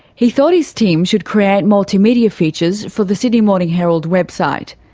he thought his team should create multimedia features for the sydney morning heraldwebsite,